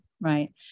Right